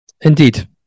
Indeed